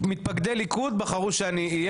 מתפקדי ליכוד בחרו שאני אהיה פה.